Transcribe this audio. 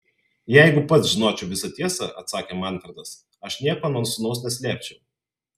jeigu pats žinočiau visą tiesą atsakė manfredas aš nieko nuo sūnaus neslėpčiau